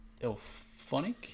Elphonic